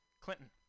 Clinton